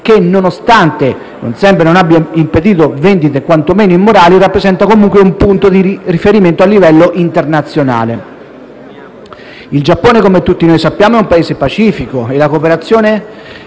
che, nonostante non sempre abbia impedito vendite quantomeno immorali, rappresenta comunque un punto di riferimento a livello internazionale. Il Giappone, come tutti sappiamo, è un Paese pacifico, e la cooperazione